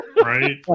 Right